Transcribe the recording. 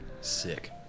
Sick